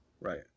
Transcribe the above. Right